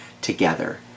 together